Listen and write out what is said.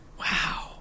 Wow